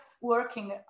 working